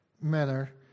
manner